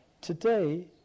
Today